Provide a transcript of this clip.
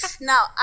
now